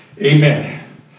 amen